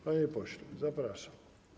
Panie pośle, zapraszam.